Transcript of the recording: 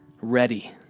ready